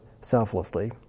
selflessly